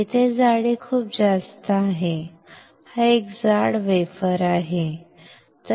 येथे जाडी खूप जास्त आहे एक जाड वेफर आहे